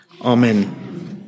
Amen